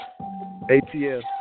ATF